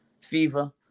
fever